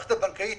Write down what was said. המערכת הבנקאית